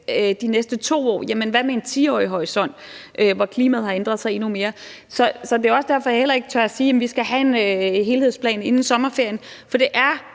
de næste 2 år – men hvad med en 10-årig horisont, hvor klimaet har ændret sig endnu mere? Så det er også derfor, jeg heller ikke tør sige, at vi skal have en helhedsplan inden sommerferien,